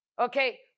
Okay